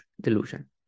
Delusion